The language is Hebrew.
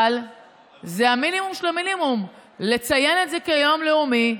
זה המינימום של המינימום, לציין את זה כיום לאומי.